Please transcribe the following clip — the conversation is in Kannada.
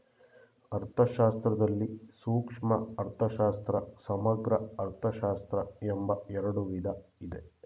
ಅರ್ಥಶಾಸ್ತ್ರದಲ್ಲಿ ಸೂಕ್ಷ್ಮ ಅರ್ಥಶಾಸ್ತ್ರ, ಸಮಗ್ರ ಅರ್ಥಶಾಸ್ತ್ರ ಎಂಬ ಎರಡು ವಿಧ ಇದೆ